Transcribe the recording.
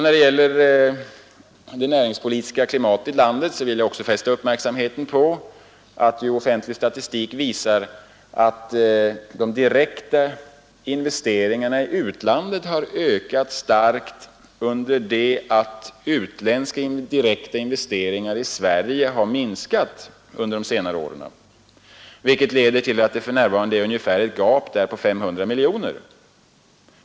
När det gäller det näringspolitiska klimatet i landet vill jag fästa uppmärksamheten på att offentlig statistik visar att de direkta investeringarna i utlandet har ökat starkt, under det att utländska direkta investeringar i Sverige har minskat under de senare åren. Detta leder till att det för närv arande är ett gap på ungefär 500 miljoner kronor.